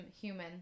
human